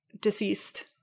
deceased